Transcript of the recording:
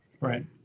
Right